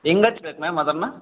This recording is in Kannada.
ಹೆಂಗೆ ಹಚ್ಬೇಕು ಮ್ಯಾಮ್ ಅದನ್ನು